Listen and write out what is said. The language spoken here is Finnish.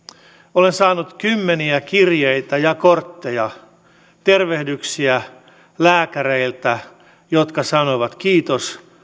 olen saanut kymmeniä kirjeitä ja kortteja tervehdyksiä lääkäreiltä jotka sanovat kiitos